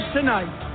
tonight